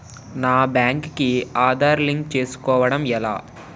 నా బ్యాంక్ కి ఆధార్ లింక్ చేసుకోవడం ఎలా?